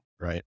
right